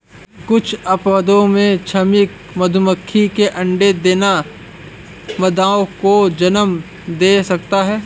कुछ अपवादों में, श्रमिक मधुमक्खी के अंडे देना मादाओं को जन्म दे सकता है